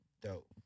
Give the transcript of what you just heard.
dope